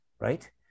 right